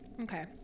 okay